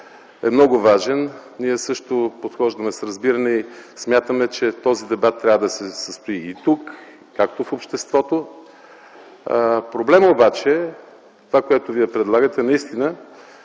е много важен. Ние също подхождаме с разбиране и смятаме, че този дебат трябва да се състои и тук, както в обществото. Проблемът обаче в това, което Вие предлагате, наистина